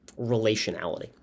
relationality